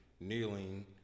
kneeling